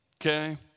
okay